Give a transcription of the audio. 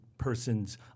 person's